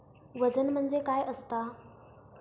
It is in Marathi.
वजन म्हणजे काय असता?